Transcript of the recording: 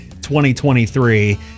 2023